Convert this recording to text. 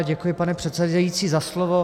Děkuji, pane předsedající, za slovo.